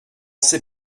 ces